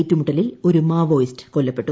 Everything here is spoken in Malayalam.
ഏറ്റമുട്ടലിൽ ഒരു മാപ്പോയിസ്റ്റ് കൊല്ലപ്പെട്ടു